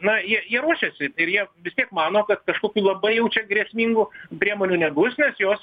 na jie jie ruošiasi ir jie vis tiek mano kad kažkokių labai jau čia grėsmingų priemonių nebus nes jos